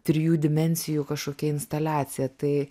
trijų dimensijų kažkokia instaliacija tai